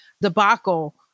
debacle